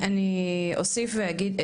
אני אוסיף ואגיד,